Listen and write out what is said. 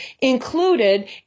included